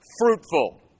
fruitful